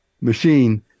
machine